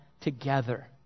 together